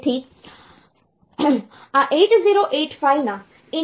તેથી આ 8085 ના ઇન્ટરનલ છે